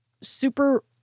super